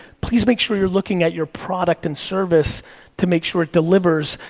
please make sure you're looking at your product and service to make sure it delivers,